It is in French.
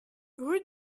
rue